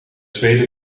zweden